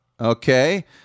Okay